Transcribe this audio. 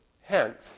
Hence